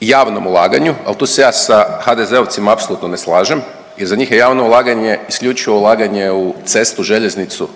javnom ulaganju, ali tu se ja sa HDZ-ovcima apsolutno ne slažem jer za njih je javno ulaganje isključivo ulaganje u cestu, željeznicu,